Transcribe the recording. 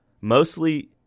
Mostly